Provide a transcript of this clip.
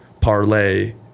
parlay